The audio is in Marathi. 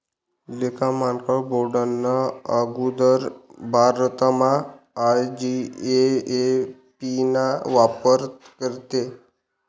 लेखा मानकर बोर्डना आगुदर भारतमा आय.जी.ए.ए.पी ना वापर करेत